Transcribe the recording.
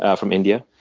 ah from india.